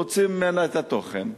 הוציאו ממנה את התוכן,